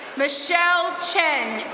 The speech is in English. michelle chen,